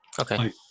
Okay